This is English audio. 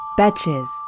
Batches